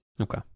Okay